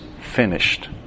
finished